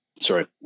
Sorry